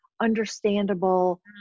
understandable